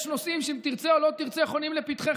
יש נושאים שאם תרצה או לא תרצה חונים לפתחך,